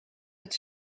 het